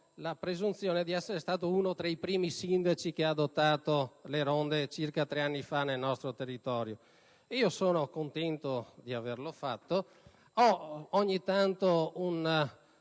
la presunzione di essere stato uno dei primi sindaci ad aver adottato le ronde, circa tre anni fa, nel proprio territorio e sono contento di averlo fatto. Ogni tanto